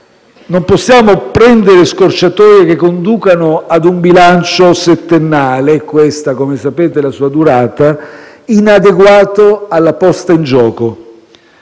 non possiamo prendere scorciatoie che conducano a un bilancio settennale - questa, come sapete, è la sua durata - inadeguato alla posta in gioco.